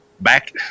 back